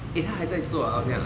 eh 他还在做啊好像